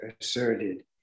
asserted